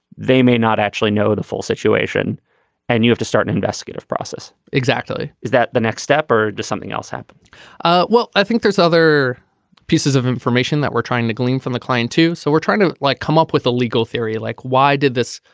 they may not actually know the full situation and you have to start an investigative process. exactly. is that the next step or does something else happen well i think there's other pieces of information that we're trying to glean from the client too so we're trying to like come up with a legal theory like why did this.